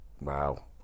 wow